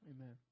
Amen